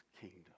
kingdom